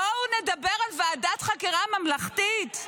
בואו נדבר על ועדת חקירה ממלכתית.